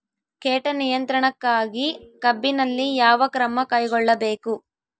ಕೇಟ ನಿಯಂತ್ರಣಕ್ಕಾಗಿ ಕಬ್ಬಿನಲ್ಲಿ ಯಾವ ಕ್ರಮ ಕೈಗೊಳ್ಳಬೇಕು?